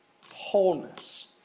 wholeness